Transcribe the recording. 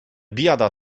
biada